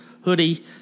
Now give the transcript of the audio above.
hoodie